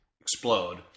explode